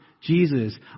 Jesus